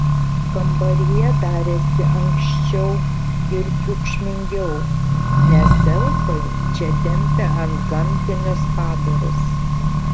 kambaryje darėsi ankščiau ir triukšmingiau nes elfai čia tempė antgamtinius padarus